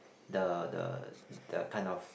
the the the kind of